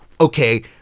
Okay